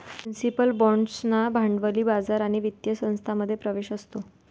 municipal बाँड्सना भांडवली बाजार आणि वित्तीय संस्थांमध्ये प्रवेश असतो